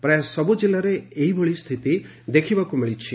ପ୍ରାୟ ସବୁ ଜିଲ୍ଲାରେ ଏଇଭଳି ସମାନ ସ୍ତିତି ଦେଖ୍ବାକୁ ମିଳିଛି